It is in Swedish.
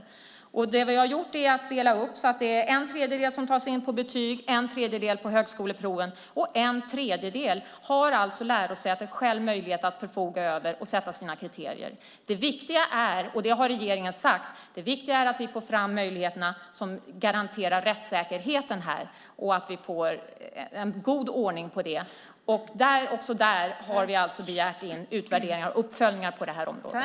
Det vi har gjort är att dela upp det hela så att det är en tredjedel som tas in på betyg, en tredjedel på högskoleproven och en tredjedel som lärosätet självt har möjlighet att förfoga över och sätta sina kriterier för. Som regeringen också har sagt är det viktiga att vi får fram möjligheterna som garanterar rättssäkerheten och en god ordning på det. Också där har vi begärt in utvärderingar och uppföljningar på området.